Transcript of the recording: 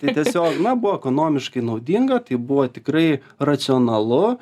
tai tiesiog na buvo ekonomiškai naudinga tai buvo tikrai racionalu